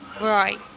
Right